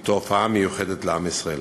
היא תופעה מיוחדת לעם ישראל.